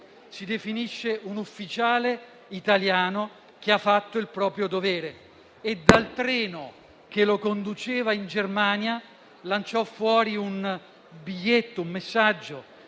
si definisce un ufficiale italiano che ha fatto il proprio dovere. Dal treno che lo conduceva in Germania, lanciò fuori un biglietto, un messaggio,